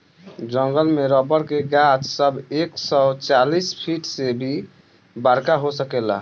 जंगल में रबर के गाछ सब एक सौ चालीस फिट से भी बड़का हो सकेला